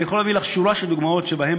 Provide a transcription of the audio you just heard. אני יכול להביא לך שורה של דוגמאות שבהן